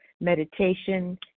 meditation